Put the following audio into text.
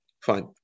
Fine